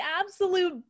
absolute